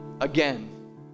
again